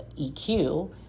EQ